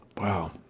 Wow